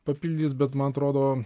papildys bet man atrodo